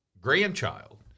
grandchild